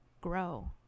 grow